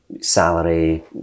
salary